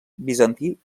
bizantí